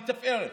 לתפארת.